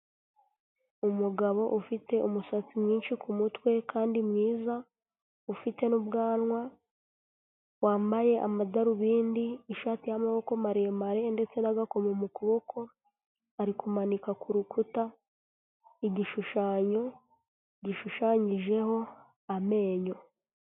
Umugabo ufite umusatsi mwinshi ku mutwe kandi mwiza, ufite n'ubwanwa wambaye amadarubindi, ishati ya maboko maremare ndetse na agakoma mu kuboko ari kumanika ku rukuta igishushanyo gishushanyijeho amenyo.